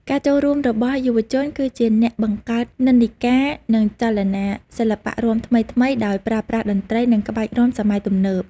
ការចូលរួមរបស់យុវជនគឺជាអ្នកបង្កើតនិន្នាការ និងចលនាសិល្បៈរាំថ្មីៗ ដោយប្រើប្រាស់តន្ត្រី និងក្បាច់រាំសម័យទំនើប។